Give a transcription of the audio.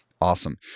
Awesome